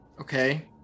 okay